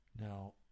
Now